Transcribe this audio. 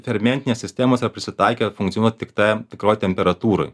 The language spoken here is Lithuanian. fermentinės sistemos yra prisitaikę funkcionuot tik tam tikroj temperatūroj